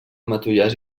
matollars